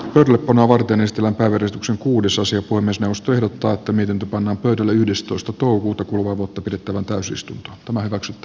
pöydällepanoa varten ystävänpäiväristuksen kuudesosan kuin mestaruus tuli totta että miten panna pöydälle yhdestoista touhuta kuluvaa vuotta pidetty valtausys tämä hyväksytty